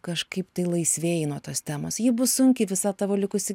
kažkaip tai laisvėji nuo tos temos ji bus sunki visą tavo likusį